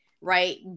right